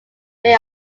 bay